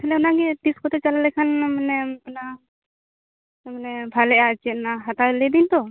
ᱛᱟᱦᱚᱞᱮ ᱚᱱᱟᱜᱮ ᱛᱤᱥ ᱠᱚᱛᱮ ᱪᱟᱞᱟᱣ ᱞᱮᱱᱠᱷᱟᱱ ᱢᱟᱱᱮ ᱢᱟᱱᱮ ᱵᱷᱟᱞᱮᱜᱼᱟ ᱚᱱᱟ ᱦᱟᱛᱟᱣ ᱞᱟᱹᱭ ᱫᱤᱧ ᱛᱚ